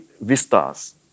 vistas